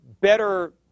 better